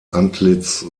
antlitz